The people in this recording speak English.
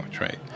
right